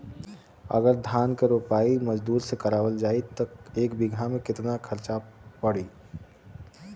अगर धान क रोपाई मजदूर से करावल जाई त एक बिघा में कितना खर्च पड़ी?